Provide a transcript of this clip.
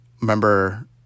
remember